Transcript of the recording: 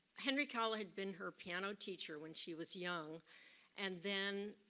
henry cowell had been her piano teacher when she was young and then